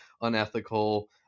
unethical